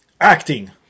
Acting